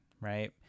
right